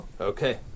okay